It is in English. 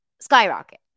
skyrocket